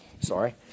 sorry